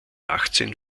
achtzehn